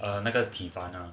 err 那个 tifana